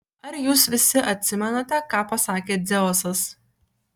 ar jūs visi atsimenate ką pasakė dzeusas